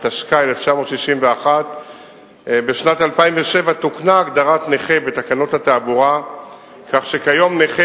התשכ"א 1961. בשנת 2007 תוקנה הגדרת נכה בתקנות התעבורה כך שכיום נכה